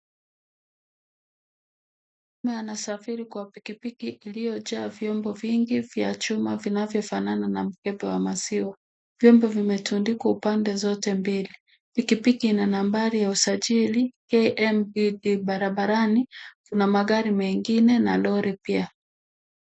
Mwanaume anasafiri kwa pikipiki iliyojaa vyombo vingi vya chuma vinavyofanana na mkebe wa maziwa. Vyombo vimetundikwa upande zote mbili. Pikipiki ina nambari ya usajili KMBD.Barabarani kuna magari mengine na lori pia.